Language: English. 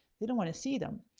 they don't wanna see them.